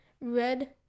red